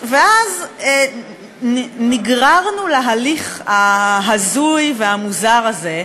ואז נגררנו להליך ההזוי והמוזר הזה,